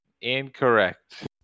Incorrect